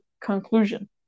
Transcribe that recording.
conclusion